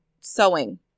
sewing